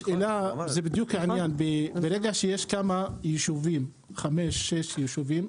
ברגע שיש חמישה-שישה יישובים,